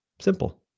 simple